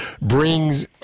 brings